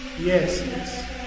yes